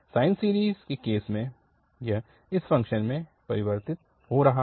sign series के case में यह इस फ़ंक्शन में परिवर्तित हो रहा है